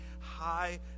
high